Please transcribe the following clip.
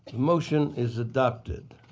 motion is adopted.